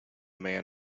man